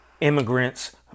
Immigrants